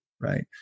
right